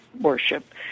worship